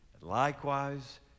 Likewise